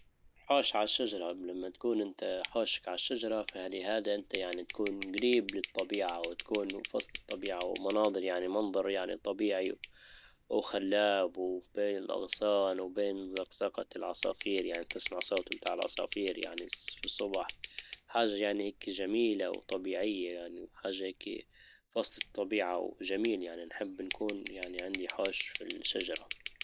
حوش عالشجرة, جبل ما تكون انت حوشك عالشجرة. فلهذا انت يعني تكون جريب للطبيعة وتكون فرصة الطبيعة ومناظر يعني منظر يعني طبيعي وخلاب وبين الاغصان وبين زقزقة العصافير يعني بتسمع صوت متاع العصافير يعني في الصبح حاجة جميلة وطبيعية يعني وحاجة هيكي فصلة طبيعة وجميل يعني نحب نكون يعني عندي حوش في الشجرة.